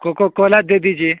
cocoa Cola دے دے دیجیے